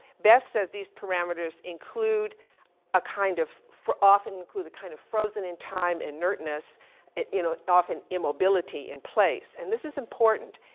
beth says these parameters include a kind of fro, often include a kind of frozen in time inertness it, in a often immobility in place and this in important.